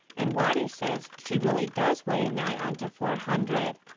and watty says she really does weigh nigh on to four hundred.